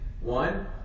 One